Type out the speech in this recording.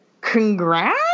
congrats